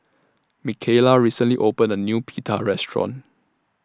Mikaela recently opened A New Pita Restaurant